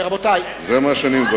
בכל זאת,